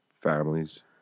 Families